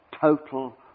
total